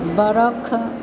वर्ष